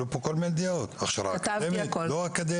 עלו פה כל מיני דעות, הכשרה אקדמית, לא אקדמית.